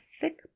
thick